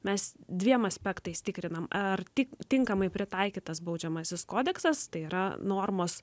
mes dviem aspektais tikrinam ar tik tinkamai pritaikytas baudžiamasis kodeksas tai yra normos